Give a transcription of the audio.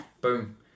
Boom